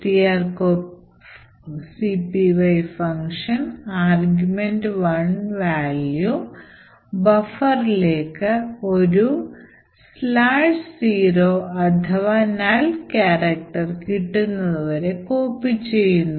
strcpy function argv1 value buffer ലേക്ക് ഒരു '0' അഥവാ null character കിട്ടുന്നതു വരെ കോപ്പി ചെയ്യുന്നു